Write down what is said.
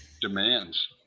demands